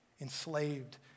enslaved